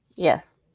Yes